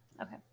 Okay